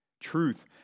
Truth